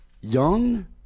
young